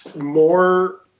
more –